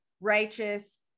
righteous